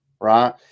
Right